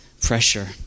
pressure